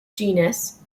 genus